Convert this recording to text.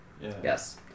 Yes